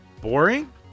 boring